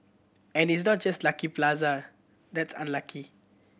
and it's not just Lucky Plaza that's unlucky